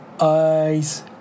ice